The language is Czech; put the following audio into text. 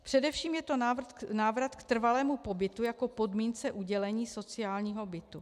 Především je to návrat k trvalému pobytu jako podmínce udělení sociálního bytu.